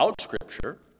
Scripture